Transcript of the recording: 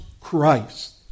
Christ